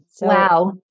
Wow